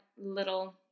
little